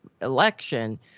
election